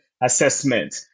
assessment